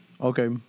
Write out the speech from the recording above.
Okay